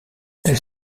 elles